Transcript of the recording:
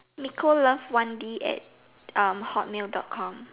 Nicole love one D at Hotmail dot com